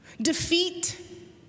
Defeat